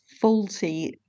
faulty